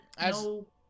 No